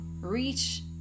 reach